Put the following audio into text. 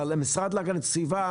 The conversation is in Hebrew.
אבל המשרד להגנת הסביבה